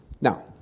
Now